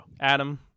adam